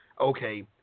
okay